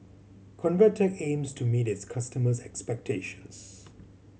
Convatec aims to meet its customers' expectations